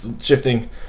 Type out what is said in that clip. shifting